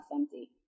empty